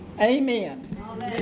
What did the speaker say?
Amen